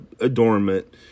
adornment